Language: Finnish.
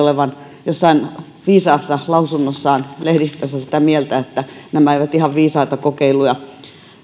olleen jossain viisaassa lausunnossaan lehdistössä sitä mieltä että nämä eivät ihan viisaita kokeiluja